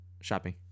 shopping